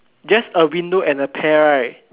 just a window and a pear right